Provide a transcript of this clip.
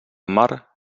mar